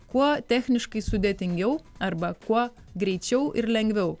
kuo techniškai sudėtingiau arba kuo greičiau ir lengviau